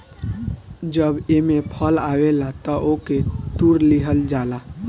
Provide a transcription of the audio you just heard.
जब एमे फल आवे लागेला तअ ओके तुड़ लिहल जाला